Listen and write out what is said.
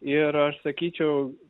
ir aš sakyčiau